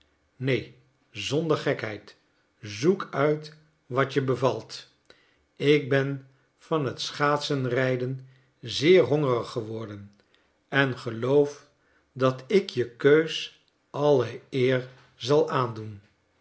neen zonder gekheid zoek uit wat je bevalt ik ben van het schaatsenrijden zeer hongerig geworden en geloof dat ik je keus alle eer zal aandoen